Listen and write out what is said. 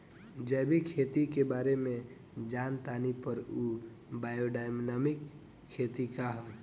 जैविक खेती के बारे जान तानी पर उ बायोडायनमिक खेती का ह?